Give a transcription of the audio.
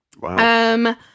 Wow